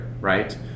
right